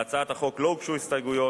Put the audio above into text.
להצעת החוק לא הוגשו הסתייגויות,